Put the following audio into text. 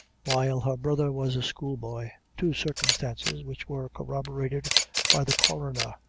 while her brother was a schoolboy two circumstances which were corroborated by the coroner,